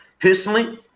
Personally